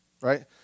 right